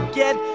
get